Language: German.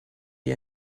wie